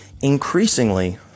increasingly